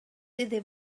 iddi